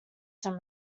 some